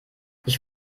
ich